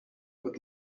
but